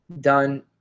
done